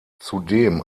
zudem